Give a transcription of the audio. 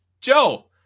Joe